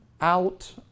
out